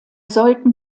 sollten